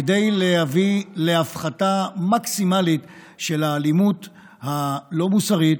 כדי להביא להפחתה מקסימלית של האלימות הלא-מוסרית,